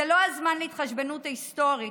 זה לא הזמן להתחשבנות היסטורית,